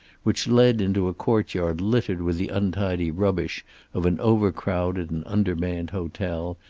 which led into a courtyard littered with the untidy rubbish of an overcrowded and undermanned hotel,